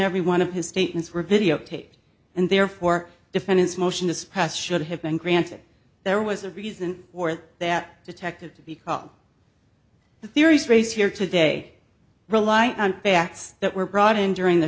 every one of his statements were videotaped and therefore defendant's motion to suppress should have been granted there was a reason for that detective to be called the theories raise here today rely on facts that were brought in during the